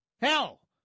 Hell